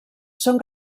són